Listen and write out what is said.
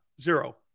Zero